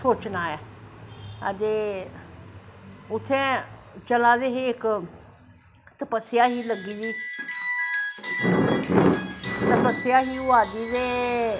सोचनां ऐ ते उत्थें चला दे हे इक तपसया ही लग्गी दी तपसया ही होआ दी ते